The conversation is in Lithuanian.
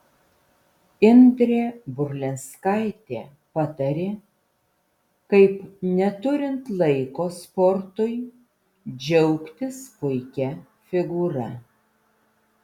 indrė burlinskaitė patarė kaip neturint laiko sportui džiaugtis puikia figūra